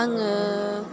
आङो